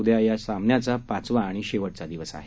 उद्या या सामन्याचा पाचवा आणि अंतिम दिवस आहे